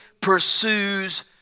pursues